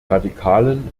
radikalen